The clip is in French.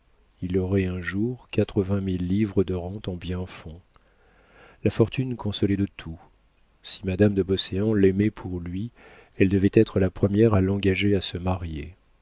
il aurait un jour quatre-vingt mille livres de rente en biens-fonds la fortune consolait de tout si madame de beauséant l'aimait pour lui elle devait être la première à l'engager à se marier